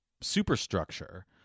superstructure